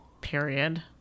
period